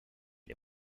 les